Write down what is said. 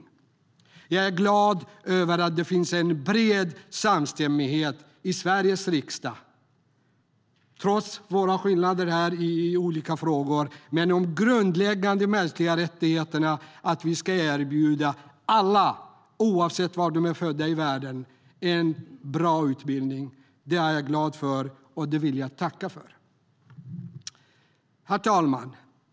Herr talman!